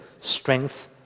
strength